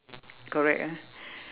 correct ah